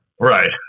right